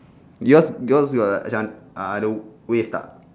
yours yours got macam uh ada wave tak